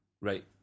Right